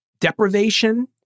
deprivation